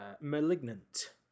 Malignant